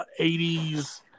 80s